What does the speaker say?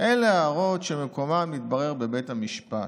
אלה הערות שמקומן יתברר בבית המשפט,